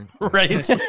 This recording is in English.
right